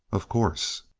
of course.